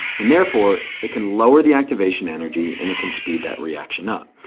and therefore it can lower the activation energy and it can speed that reaction up.